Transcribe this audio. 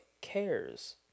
cares